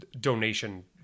donation